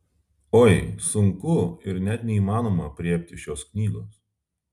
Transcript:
oi sunku ir net neįmanoma aprėpti šios knygos